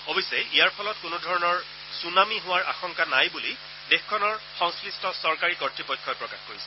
অৱশ্যে ইয়াৰ ফলত কোনো ধৰণৰ ছুনামি হোৱাৰ আশংকা নাই বুলি দেশখনৰ সংশ্লিষ্ট চৰকাৰী কৰ্তৃপক্ষই প্ৰকাশ কৰিছে